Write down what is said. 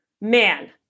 man